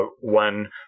one